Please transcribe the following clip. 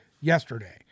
yesterday